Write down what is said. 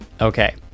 okay